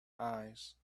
eyes